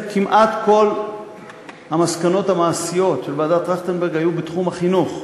בעצם כמעט כל המסקנות המעשיות של ועדת טרכטנברג היו בתחום החינוך,